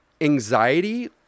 anxiety